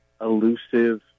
elusive